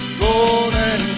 golden